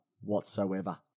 Whatsoever